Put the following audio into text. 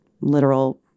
literal